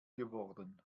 geworden